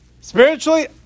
spiritually